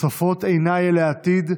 צופות עיניי אל העתיד,